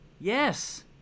Yes